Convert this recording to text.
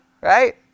Right